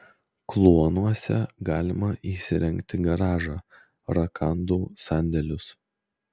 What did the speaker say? kluonuose galima įsirengti garažą rakandų sandėlius